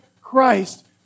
Christ